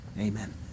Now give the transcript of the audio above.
Amen